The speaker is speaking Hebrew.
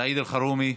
סעיד אלחרומי,